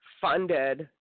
funded